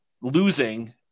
losing